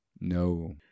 No